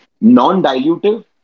non-dilutive